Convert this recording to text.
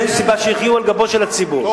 ואין סיבה שיחיו על גבו של הציבור.